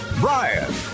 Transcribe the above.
Brian